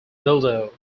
mildew